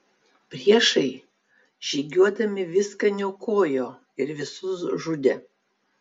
priešai žygiuodami viską niokojo ir visus žudė